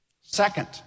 Second